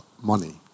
money